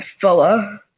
fella